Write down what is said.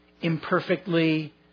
imperfectly